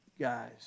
guys